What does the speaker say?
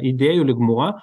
idėjų lygmuo